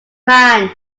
man